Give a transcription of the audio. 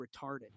retarded